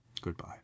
goodbye